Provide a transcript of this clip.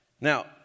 Now